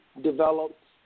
developed